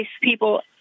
people